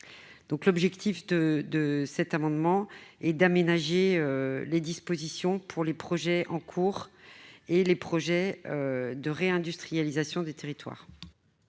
amendement a donc pour objet d'aménager les dispositions pour les projets en cours et les projets de réindustrialisation des territoires.